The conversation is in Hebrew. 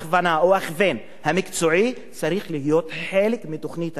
ההכוון המקצועי צריכים להיות חלק מתוכנית הלימודים,